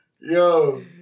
Yo